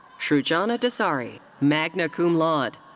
srujana dasari, magna cum laude.